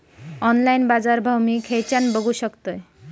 Online बाजारभाव मी खेच्यान बघू शकतय?